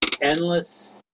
endless